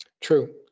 True